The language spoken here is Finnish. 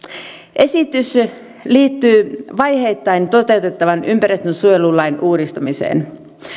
esitys liittyy vaiheittain toteutettavaan ympäristönsuojelulain uudistamiseen